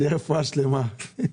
רפואה שלמה.